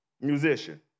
musician